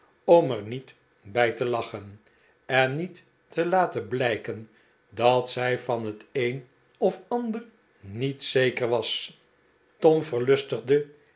om er niet bij te lachen en niet te laten blijken dat zij van het een of ander niet zeker was tom verlustigde er